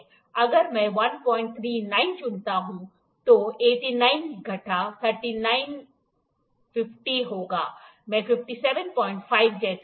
अगर मैं 139 चुनता हूं तो 89 घटा 3950 होगा मैं 575 जैसा होगा